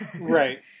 Right